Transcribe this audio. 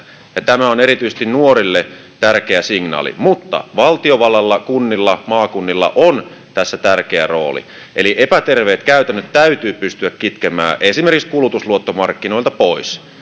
ja tämä on erityisesti nuorille tärkeä signaali mutta valtiovallalla kunnilla maakunnilla on tässä tärkeä rooli eli epäterveet käytännöt täytyy pystyä kitkemään esimerkiksi kulutusluottomarkkinoilta pois